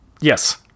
Yes